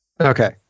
okay